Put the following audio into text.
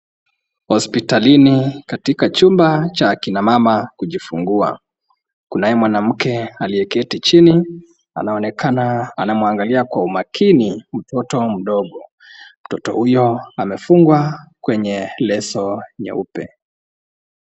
Hospitalini katika chumba cha akina mama kujifungua. Kunaye mwanamke aliyeketi chini. Anaonekana anamwangalia kwa umakini mtoto mdogo. Mtoto huyo amefungwa kwenye leso nyeupe.